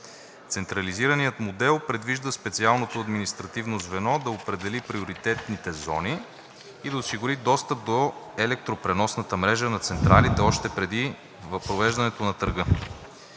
Централизираният модел предвижда специалното административно звено да определи приоритетните зони и да осигури достъп до електропреносната мрежа на централите още преди провеждането на търга.